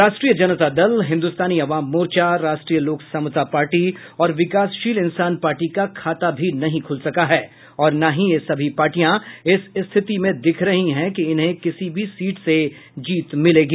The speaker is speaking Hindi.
राष्ट्रीय जनता दल हिन्दुस्तानी अवाम मोर्चा राष्ट्रीय लोक समता पार्टी और विकासशील इंसान पार्टी का खाता भी नहीं खुल सका है और न ही ये सभी पार्टियां इस स्थिति में दिख रही हैं कि इन्हें किसी भी सीट से जीत मिलेगी